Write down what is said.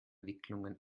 wicklungen